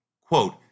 Quote